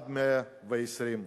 עד מאה-ועשרים.